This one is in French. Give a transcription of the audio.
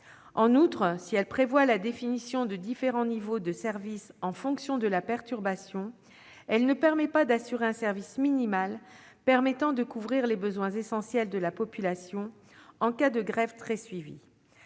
En outre, si elle définit différents niveaux de service en fonction de la perturbation, elle ne permet pas d'assurer un service minimal à même de couvrir les besoins essentiels de la population en cas de grève très suivie.